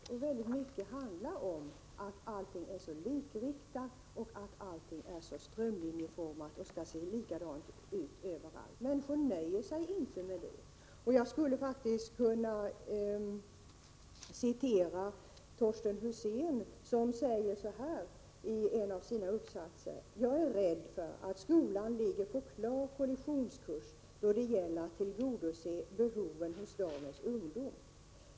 Det handlar i mycket om att allting är så likriktat och strömlinjeformat, att det skall se likadant ut överallt. Människor nöjer sig inte med detta. Torsten Husén säger så här i en av sina uppsatser: ”Jag är rädd för att skolan ligger på klar kollisionskurs då det gäller att tillgodose behoven hos dagens ungdom.